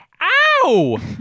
Ow